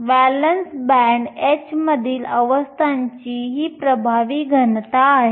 valence band h मधील अवस्थांची ही प्रभावी घनता आहे